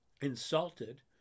insulted